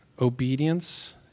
obedience